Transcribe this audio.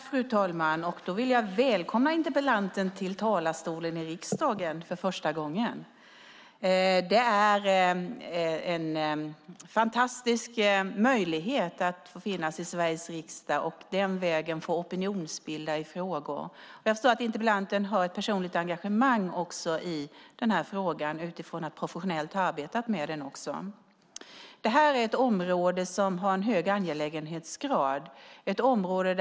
Fru talman! Då vill jag välkomna interpellanten till talarstolen i riksdagen för första gången. Det är en fantastisk möjlighet att få finnas i Sveriges riksdag och den vägen få opinionsbilda i frågor. Jag förstår att interpellanten har ett personligt engagemang i den här frågan utifrån att han också professionellt har arbetat med den. Det här är ett område som har en hög angelägenhetsgrad.